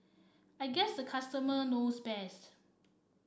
I guess the customer knows best